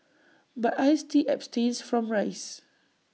but I still abstain from rice